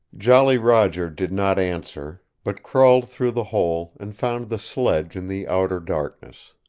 jolly roger did not answer, but crawled through the hole and found the sledge in the outer darkness.